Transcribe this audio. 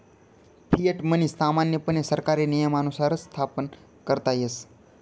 fiat money सामान्यपणे सरकारी नियमानुसारच स्थापन करता येस